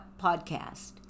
Podcast